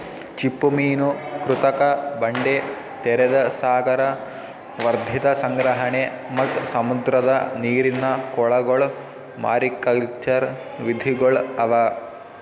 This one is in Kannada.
ಚಿಪ್ಪುಮೀನು, ಕೃತಕ ಬಂಡೆ, ತೆರೆದ ಸಾಗರ, ವರ್ಧಿತ ಸಂಗ್ರಹಣೆ ಮತ್ತ್ ಸಮುದ್ರದ ನೀರಿನ ಕೊಳಗೊಳ್ ಮಾರಿಕಲ್ಚರ್ ವಿಧಿಗೊಳ್ ಅವಾ